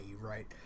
right